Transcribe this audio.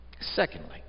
secondly